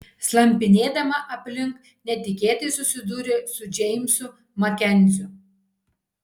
slampinėdama aplink netikėtai susidūrė su džeimsu makenziu